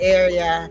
area